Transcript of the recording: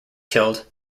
killed